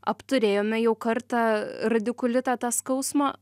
apturėjome jau kartą radikulitą tą skausmą